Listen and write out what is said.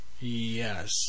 Yes